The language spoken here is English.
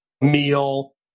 meal